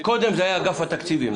קודם זה היה אגף התקציבים.